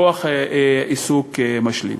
כוח עיסוק משלים.